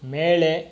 மேலே